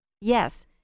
Yes